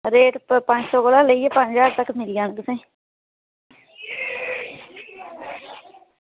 rate पंज सौ कोला लेइयै पंज दज्हार तगर मिली जाना तुसेंगी